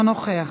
אינו נוכח.